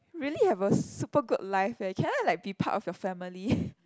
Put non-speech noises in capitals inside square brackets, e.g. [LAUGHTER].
really have a super good life eh can I like be part of your family [LAUGHS]